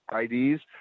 IDs